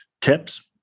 tips